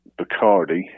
Bacardi